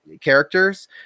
characters